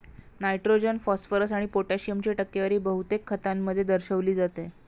nitrogen, phosphorus आणि पोटॅशियमची टक्केवारी बहुतेक खतांमध्ये दर्शविली जाते